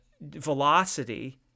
velocity